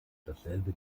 dasselbe